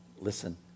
Listen